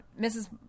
Mrs